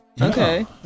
Okay